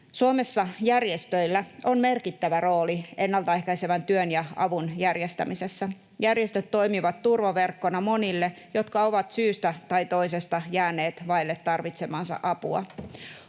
Suomessa järjestöillä on merkittävä rooli ennaltaehkäisevän työn ja avun järjestämisessä. Järjestöt toimivat turvaverkkona monille, jotka ovat syystä tai toisesta jääneet vaille tarvitsemaansa apua.